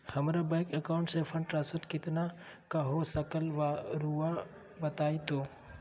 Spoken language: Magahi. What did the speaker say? हमरा बैंक अकाउंट से फंड ट्रांसफर कितना का हो सकल बा रुआ बताई तो?